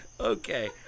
Okay